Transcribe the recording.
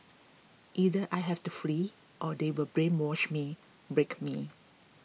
either I have to flee or they will brainwash me break me